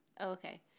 Okay